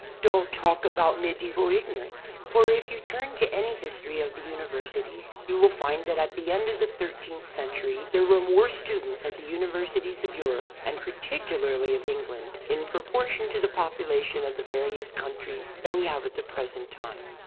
don't talk about medieval ignorance, for if you turn to any history of the universities you will find that at the end of the thirteenth century there were more students at the universities of europe and particularly of england, in pro portion to the population of the various countries, than we have at the present time.